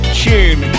tune